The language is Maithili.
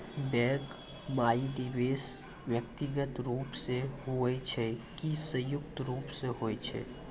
बैंक माई निवेश व्यक्तिगत रूप से हुए छै की संयुक्त रूप से होय छै?